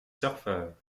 surfeurs